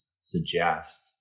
suggest